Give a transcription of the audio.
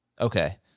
Okay